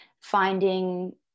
finding